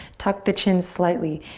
tuck the chin slightly.